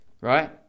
right